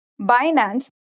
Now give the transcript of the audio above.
Binance